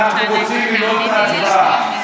אנחנו רוצים לנעול את ההצבעה.